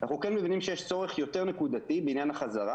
אנחנו כן מבינים שיש צורך יותר נקודתי בעניין החזרה,